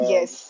Yes